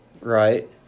Right